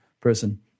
person